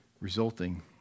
resulting